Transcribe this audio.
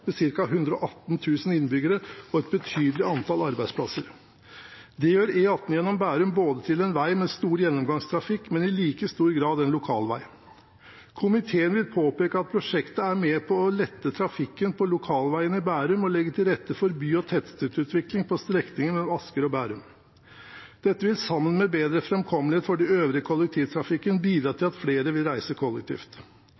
med ca. 118 000 innbyggere og et betydelig antall arbeidsplasser. Det gjør E18 gjennom Bærum til en vei med stor gjennomgangstrafikk og i like stor grad til en lokal vei. Komiteen vil påpeke at prosjektet er med på å lette trafikken på lokalveiene i Bærum og legge til rette for by- og tettstedsutvikling på strekningen mellom Asker og Bærum. Dette vil, sammen med bedre framkommelighet for den øvrige kollektivtrafikken, bidra